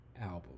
album